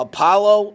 Apollo